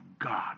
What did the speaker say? God